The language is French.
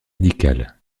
médicale